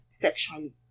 sexually